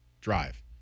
drive